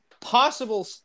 possible